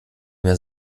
mir